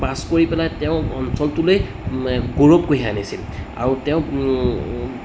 পাছ কৰি পেলাই তেওঁ অঞ্চলটোলৈ গৌৰৱ কঢ়িয়াই আনিছিল আৰু তেওঁ